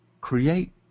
create